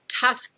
tough